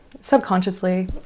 subconsciously